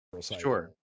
Sure